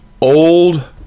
old